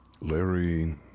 Larry